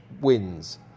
wins